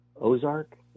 Ozark